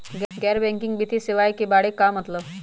गैर बैंकिंग वित्तीय सेवाए के बारे का मतलब?